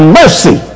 mercy